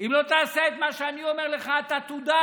אם לא תעשה את מה שאני אומר לך, אתה תודח.